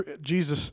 Jesus